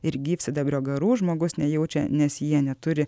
ir gyvsidabrio garų žmogus nejaučia nes jie neturi